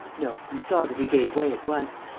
no. you saw that he gave way at once.